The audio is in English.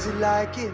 like in